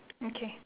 okay